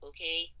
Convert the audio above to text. Okay